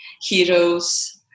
heroes